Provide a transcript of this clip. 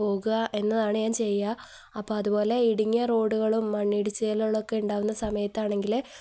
പോകുക എന്നതാണ് ഞാൻ ചെയ്യുക അപ്പോള് അതുപോലെ ഇടുങ്ങിയ റോഡുകളും മണ്ണിടിച്ചിലുകളൊക്കെ ഇണ്ടാവുന്ന സമയത്താണെങ്കില്